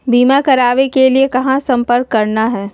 बीमा करावे के लिए कहा संपर्क करना है?